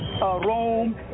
Rome